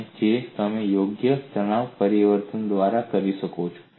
અને જે તમે યોગ્ય તણાવ પરિવર્તન દ્વારા કરી શકો છો